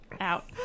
out